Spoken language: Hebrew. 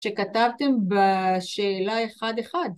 שכתבתם בשאלה 1-1